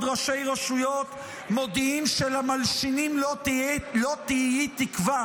ראשי רשויות מודיעים שלמלשינים לא תהי תקווה,